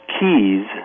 keys